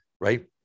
right